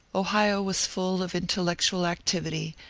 ohio was full of intellectual activity,